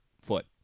foot